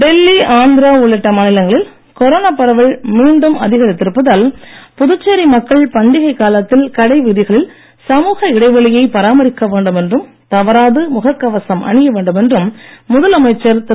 டெல்லி ஆந்திரா உள்ளிட்ட மாநிலங்களில் கொரோனா பரவல் மீண்டும் அதிகரித்திருப்பதால் புதுச்சேரி மக்கள் பண்டிகைக் காலத்தில் கடை வீதிகளில் சமூக இடைவெளியை பராமரிக்க வேண்டும் என்றும் தவறாது முகக் கவசம் அணியவேண்டும் என்றும் முதலமைச்சர் திரு